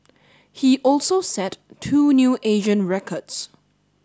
he also set two new Asian records